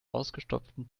ausgestopften